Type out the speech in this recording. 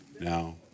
Now